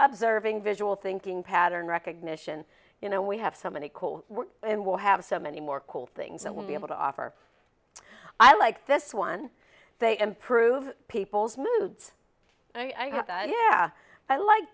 observing visual thinking pattern recognition you know we have so many cool and we'll have so many more cool things and we'll be able to offer i like this one they improve people's moods i yeah i like